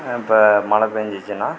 இப்போ மழை பெஞ்சிச்சின்னா